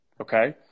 Okay